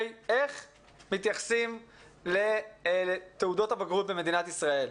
כוונתי לאופן שבו מתייחסים לבחינות הבגרות במדינת ישראל.